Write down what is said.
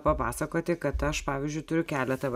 papasakoti kad aš pavyzdžiui turiu keletą vat